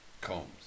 Combs